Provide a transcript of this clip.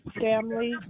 family